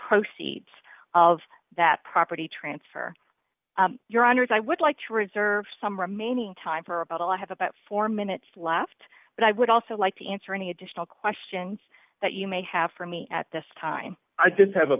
proceeds of that property transfer your honour's i would like to reserve some remaining time for about all i have about four minutes left but i would also like to answer any additional questions that you may have for me at this time i d